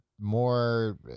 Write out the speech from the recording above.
more